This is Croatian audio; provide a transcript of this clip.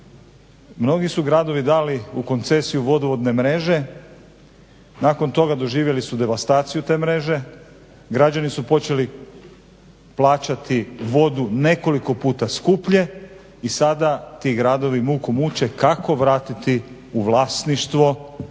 Mnogi su gradovi dali u koncesiju vodovodne mreže, nakon toga doživjeli su devastaciju te mreže. Građani su počeli plaćati vodu nekoliko puta skuplje i sada ti gradovi muku muče kako vratiti u vlasništvo i na